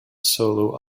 solo